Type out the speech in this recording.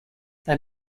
they